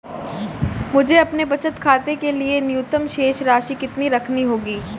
मुझे अपने बचत खाते के लिए न्यूनतम शेष राशि कितनी रखनी होगी?